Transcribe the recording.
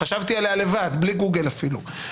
חשבתי עליה לבד בלי גוגל אפילו.